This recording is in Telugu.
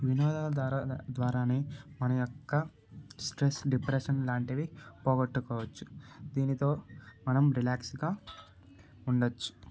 వినోదాల దారా ద్వారా మన యొక్క స్ట్రెస్ డిప్రెషన్ ఇలాంటివి పోగొట్టుకోవచ్చు దీనితో మనం రిలాక్స్గా ఉండచ్చు